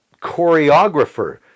choreographer